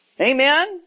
Amen